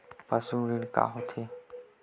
पशु ऋण का होथे?